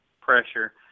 pressure